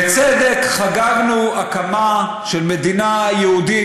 בצדק חגגנו הקמה של מדינה יהודית,